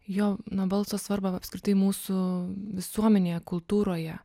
jo na balso svarbą apskritai mūsų visuomenėje kultūroje